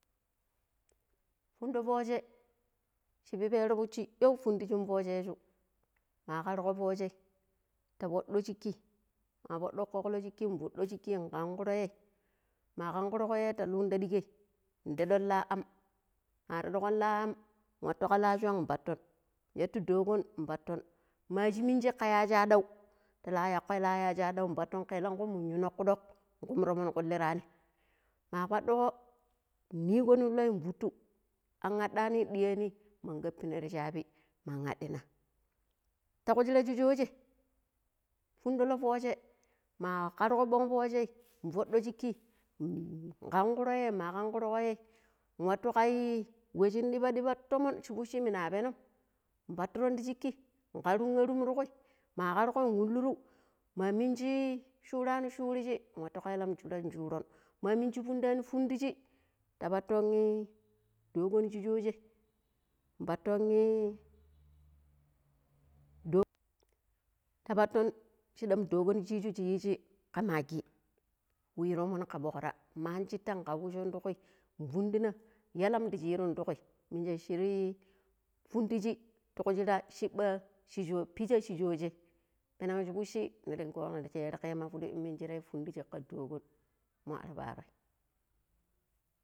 ﻿Fundi foje shi pipero fuci fudiji fojes̱u ma kargo foje ta foɗo shiki ma fuɗugo coklo shiku futo shiki kankro ye ma kangrugo ye ta lun ti ɗigai deɗo la am ma dedigo la am watu ka la shung paton shatu digon paton ma shi minji ka yaji adai ta la yako ya yaji adau pato ka elankwi mun yi noƙuɗok kum tomon kulirani ma kwaɗugo nigo nin loi futu an aɗa ni ɗiani man kapina ti shabi man atina ta ku shira shi shojen fundo lo foje ma kargo kɓon foje. foɗo shiki kan gro ye ma kangro ye. wato ka wajin ɗibaɗiba tomon ti fushi muna penom patron ti shiki karun warum to kwi ma kargon wiluru ma minji shurani shuriji watu ka yalan jura shuriji, ma minju funda ni fundiji ta paton dogon shi shoje paton ta paton shiɗam dogon shiju shi yiji ka magi wu yu tomon ka ɓokra ma anjita kaujon ti kwi fuɗuna yalam di sheron ti kwi minje shir fundiji ti ku shira shigba pija sh shojen penan ti fishi yergema to fudi tibidi emminjire fundiji ka dogon mo ar paroi